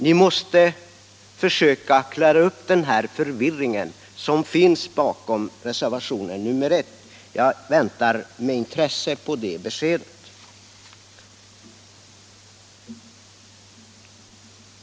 Ni måste försöka klara upp den förvirring som finns bakom reservationen 1. Jag väntar med intresse på ett besked.